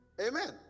Amen